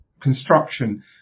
construction